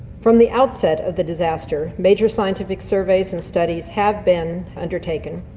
from the outset of the disaster, major scientific surveys and studies have been undertaken.